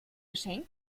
geschenk